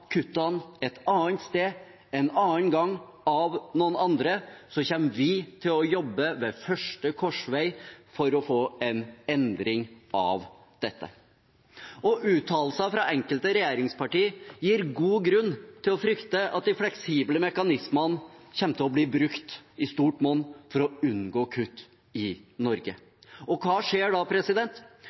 kuttene et annet sted, en annen gang, av noen andre, kommer vi til å jobbe ved første korsvei for å få en endring av dette. Uttalelser fra enkelte regjeringsparti gir god grunn til å frykte at de fleksible mekanismene kommer til å bli brukt i stort monn for å unngå kutt i Norge. Og hva skjer da?